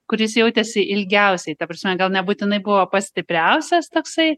kuris jautėsi ilgiausiai ta prasme gal nebūtinai buvo pats stipriausias toksai